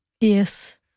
Yes